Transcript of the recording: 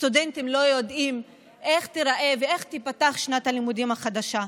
סטודנטים לא יודעים איך תיראה ואיך תיפתח שנת הלימודים החדשה,